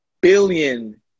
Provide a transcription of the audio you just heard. billion